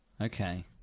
Okay